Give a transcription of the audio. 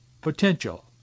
potential